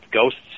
ghosts